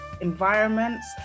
environments